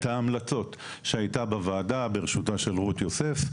ההמלצות שהיו בוועדה בראשותה של רות יוסף,